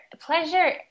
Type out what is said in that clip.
pleasure